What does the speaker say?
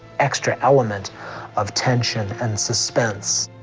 extra element of tension and suspense.